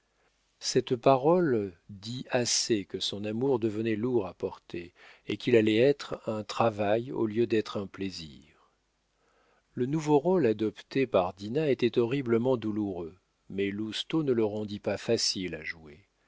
cette parole dit assez que son amour devenait lourd à porter et qu'il allait être un travail au lieu d'être un plaisir le nouveau rôle adopté par dinah était horriblement douloureux mais lousteau ne le rendit pas facile à jouer